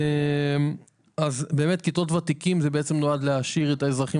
פרויקט ׳כיתות ותיקים׳ נועד להעשיר את האזרחים